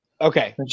Okay